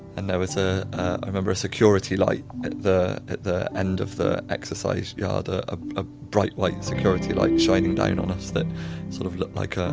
and there was, ah i remember, a security light at the the end of the exercise yard. ah ah a bright, white security light shining down on us that sort of looked like um